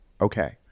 okay